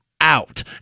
out